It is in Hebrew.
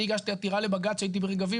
אני הגשתי עתירה לבג"צ כשהייתי ברגבים